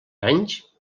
anys